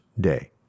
day